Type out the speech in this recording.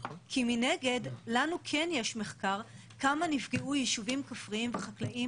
כי מנגד לנו יש מחקר כמה יישובים כפריים וחקלאיים